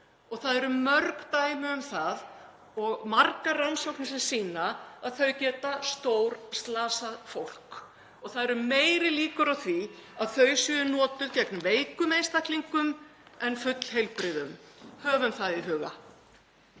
og það eru mörg dæmi um það og margar rannsóknir sem sýna að þau geta stórslasað fólk og það eru meiri líkur á því (Forseti hringir.) að þau séu notuð gegn veikum einstaklingum en fullheilbrigðum. Höfum það í huga.